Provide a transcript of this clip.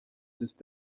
sest